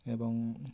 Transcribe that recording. ଏବଂ